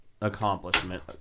Accomplishment